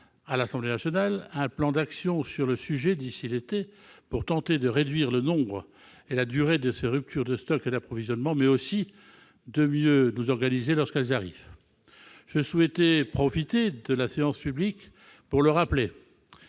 à l'Assemblée nationale un plan d'action sur le sujet d'ici l'été, pour tenter de réduire le nombre et la durée de ces ruptures de stock et d'approvisionnement, mais aussi pour mieux nous organiser lorsqu'elles se produisent. Je souhaitais profiter de la séance publique pour le rappeler